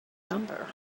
number